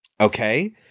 Okay